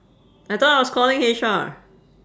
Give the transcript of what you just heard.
I thought I was calling H_R